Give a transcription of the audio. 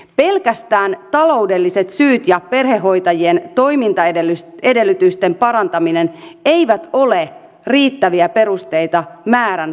pelkästään taloudelliset syyt ja perhehoitajien toimintaedellytysten parantaminen eivät ole riittäviä perusteita määrän kasvattamiseen